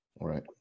Right